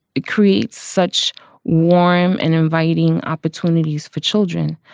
it creates such warm and inviting opportunities for children.